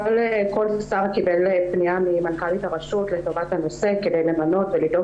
כל שר קיבל פניה ממנכ"לית הרשות לטובת הנושא כדי למנות ולדאוג